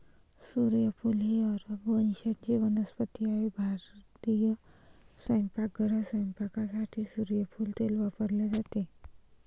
सूर्यफूल ही अरब वंशाची वनस्पती आहे भारतीय स्वयंपाकघरात स्वयंपाकासाठी सूर्यफूल तेल वापरले जाते